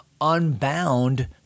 unbound